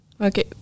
Okay